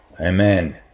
Amen